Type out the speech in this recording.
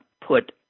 put